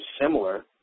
similar